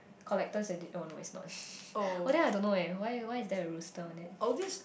collectors edit oh no it's not oh then I don't know eh why why there a rooster on it